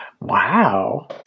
Wow